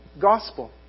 gospel